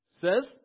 says